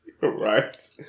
Right